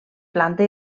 planta